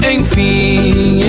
Enfim